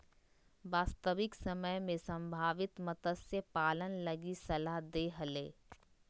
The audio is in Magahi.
वास्तविक समय में संभावित मत्स्य पालन लगी सलाह दे हले